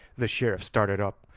the sheriff started up,